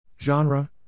Genre